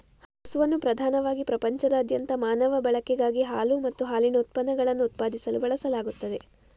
ಹಸುವನ್ನು ಪ್ರಧಾನವಾಗಿ ಪ್ರಪಂಚದಾದ್ಯಂತ ಮಾನವ ಬಳಕೆಗಾಗಿ ಹಾಲು ಮತ್ತು ಹಾಲಿನ ಉತ್ಪನ್ನಗಳನ್ನು ಉತ್ಪಾದಿಸಲು ಬಳಸಲಾಗುತ್ತದೆ